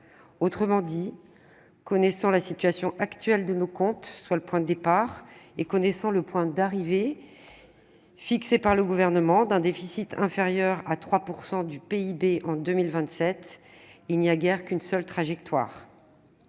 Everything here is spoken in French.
Autrement dit, connaissant la situation actuelle de nos comptes, soit le point de départ, et le point d'arrivée fixé par le Gouvernement- un déficit inférieur à 3 % du PIB en 2027 -, il n'y a guère qu'une seule trajectoire